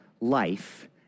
life